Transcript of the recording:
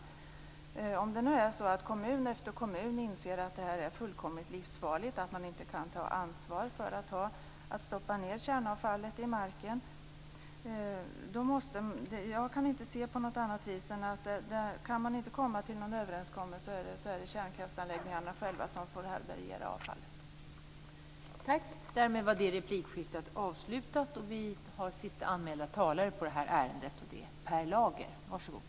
Man kan tänka sig att kommun efter kommun inser att det här är fullkomligt livsfarligt och att de inte kan ta ansvar för att stoppa ned kärnavfallet i marken. Om man inte kan komma fram till någon överenskommelse kan jag inte se det på något annat vis än att kärnkraftsanläggningarna själva får härbärgera avfallet.